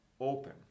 open